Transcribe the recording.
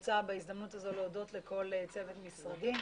בהזדמנות הזאת אני רוצה להודות לכל צוות משרדי,